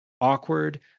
awkward